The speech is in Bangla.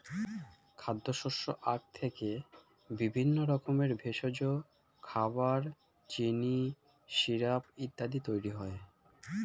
খাদ্যশস্য আখ থেকে বিভিন্ন রকমের ভেষজ, খাবার, চিনি, সিরাপ ইত্যাদি তৈরি হয়